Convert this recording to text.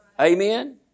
Amen